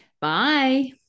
Bye